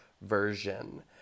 version